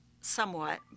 somewhat